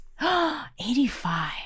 85